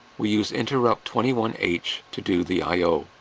we use interrupt twenty one h to do the i o.